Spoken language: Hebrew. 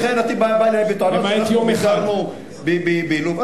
ולכן אתה בא אלי בטענות שאנחנו ביקרנו בלוב.